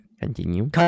Continue